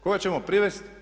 Koga ćemo privesti?